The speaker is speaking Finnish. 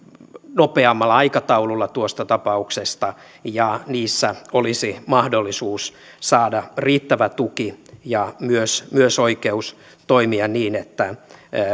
nopeammalla aikataululla tuosta tapauksesta ja niissä olisi mahdollisuus saada riittävä tuki ja myös myös oikeus toimia niin että